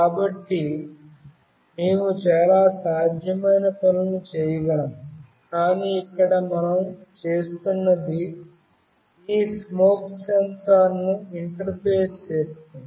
కాబట్టి మేము చాలా సాధ్యమైన పనులను చేయగలము కాని ఇక్కడ మనం చేస్తున్నది ఈ స్మోక్ సెన్సార్ను ఇంటర్ఫేస్ చేస్తుంది